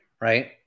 right